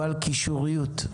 אבל קישוריות,